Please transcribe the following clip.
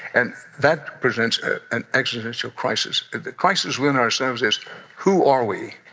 and that presents an existential crisis. the crisis within ourselves is who are we,